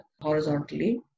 horizontally